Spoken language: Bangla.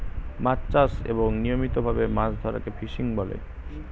মাছ চাষ এবং নিয়মিত ভাবে মাছ ধরাকে ফিশিং বলে